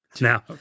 Now